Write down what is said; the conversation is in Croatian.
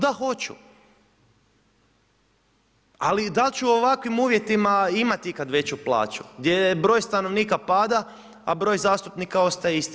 Da, hoću, ali dal ću u ovakvim uvjetima ikada veću plaću, gdje broj stanovnika pada, a broj zastupnika ostaje isti?